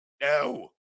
No